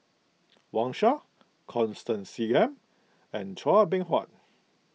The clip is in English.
Wang Sha Constance Singam and Chua Beng Huat